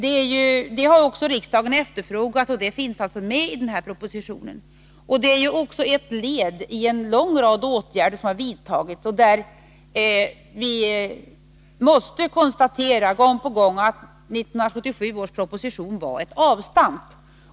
En sådan redovisning har riksdagen efterfrågat, och den finns med i propositionen. Det som nu föreslås är också ett led i en lång rad åtgärder som vidtagits, där vi gång på gång måste konstatera att 1977 års proposition var ett avstamp.